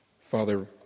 Father